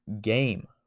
game